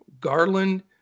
Garland